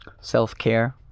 self-care